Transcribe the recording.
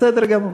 בסדר גמור.